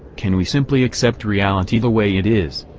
can we simply accept reality the way it is.